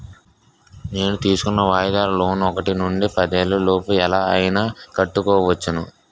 నేను తీసుకున్న వాయిదాల లోన్ ఒకటి నుండి పదేళ్ళ లోపు ఎలా అయినా కట్టుకోవచ్చును